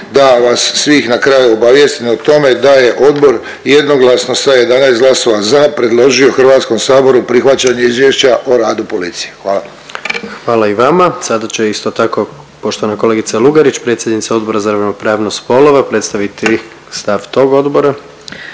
ja vas svih na kraju obavijestim o tome da je odbor jednoglasno sa 11 glasova za predložio Hrvatskom saboru prihvaćanje izvješća o radu policije. Hvala. **Jandroković, Gordan (HDZ)** Hvala i vama. Sada će isto tako poštovana kolegica Lugarić, predsjednica Odbora za ravnopravnost spolova predstaviti stav tog odbora.